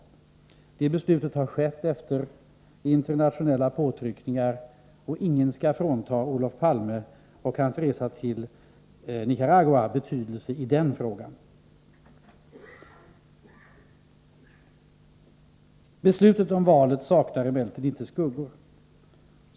Beslutet fattades efter internationella påtryckningar, och ingen skall frånta Olof Palme och hans resa till Nicaragua betydelse i det sammanhanget. Beslutet om valet saknar emellertid inte skuggor.